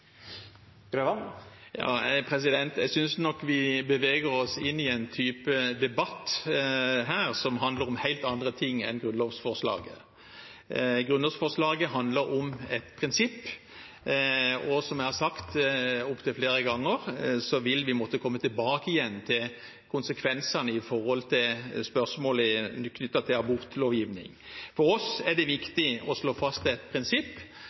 Jeg synes nok vi beveger oss inn i en type debatt som handler om helt andre ting enn grunnlovsforslaget. Grunnlovsforslaget handler om et prinsipp, og som jeg har sagt opptil flere ganger, vil vi måtte komme tilbake igjen til konsekvensene med tanke på spørsmålet knyttet til abortlovgivning. For oss er det viktig å slå fast et prinsipp